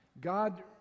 God